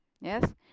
Yes